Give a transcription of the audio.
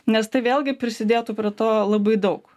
nes tai vėlgi prisidėtų prie to labai daug